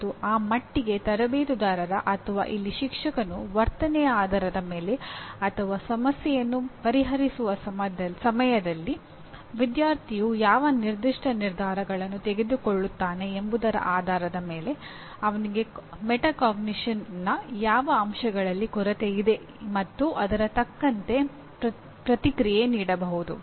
ಮತ್ತು ಆ ಮಟ್ಟಿಗೆ ತರಬೇತುದಾರ ಅಥವಾ ಇಲ್ಲಿ ಶಿಕ್ಷಕನು ವರ್ತನೆಯ ಆಧಾರದ ಮೇಲೆ ಅಥವಾ ಸಮಸ್ಯೆಯನ್ನು ಪರಿಹರಿಸುವ ಸಮಯದಲ್ಲಿ ವಿದ್ಯಾರ್ಥಿಯು ಯಾವ ನಿರ್ದಿಷ್ಟ ನಿರ್ಧಾರಗಳನ್ನು ತೆಗೆದುಕೊಳ್ಳುತ್ತಾನೆ ಎಂಬುದರ ಆಧಾರದ ಮೇಲೆ ಅವನಿಗೆ ಮೆಟಾಕಾಗ್ನಿಷನ್ನ ಯಾವ ಅಂಶಗಳಲ್ಲಿ ಕೊರತೆಯಿದೆ ಮತ್ತು ಅದರ ತಕ್ಕಂತೆ ಪ್ರತಿಕ್ರಿಯೆ ನೀಡಬಹುದು